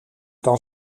dan